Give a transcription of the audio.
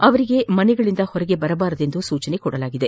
ಅವರಿಗೆ ಮನೆಗಳಿಂದ ಹೊರಗೆ ಬರಬಾರದೆಂದು ಸೂಚಿಸಲಾಗಿದೆ